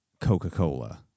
Coca-Cola